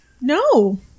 No